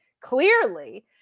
clearly